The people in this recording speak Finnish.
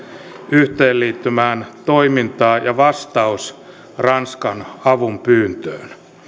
yhteenliittymän toimintaa ja vastaus ranskan avunpyyntöön